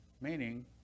Meaning